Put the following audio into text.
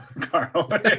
Carl